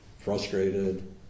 frustrated